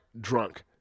drunk